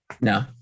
No